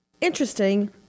Interesting